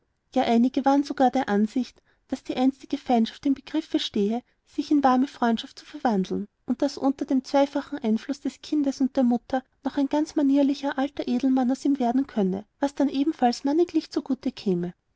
ja einige waren sogar der ansicht daß die einstige feindschaft im begriff stehe sich in warme freundschaft zu verwandeln und daß unter dem zweifachen einfluß des kindes und der mutter noch ein ganz manierlicher alter edelmann aus ihm werden könne was dann jedenfalls männiglich zu gute käme